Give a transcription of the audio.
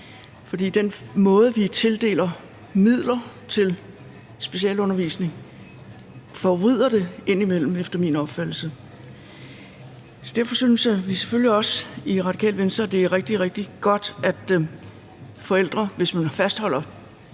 for den måde, vi tildeler midler til specialundervisning på, forvrider det indimellem efter min opfattelse. Derfor synes vi selvfølgelig også i Radikale Venstre, at det er rigtig, rigtig godt, hvis man fastholder